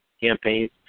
campaigns